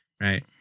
right